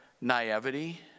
naivety